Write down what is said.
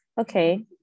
okay